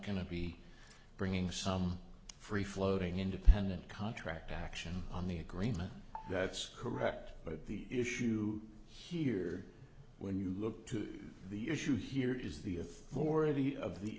going to be bringing some free floating independent contractor action on the agreement that's correct but the issue here when you look to the issue here is the authority of the